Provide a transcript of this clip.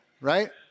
right